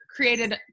created